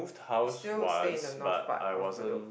we still staying in the north part of Bedok